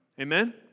Amen